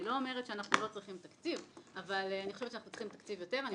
אני לא אומרת שאנחנו לא צריכים תקציב אלא שאנחנו צריכים תקציב יותר.